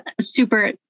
super